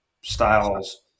styles